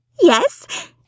Yes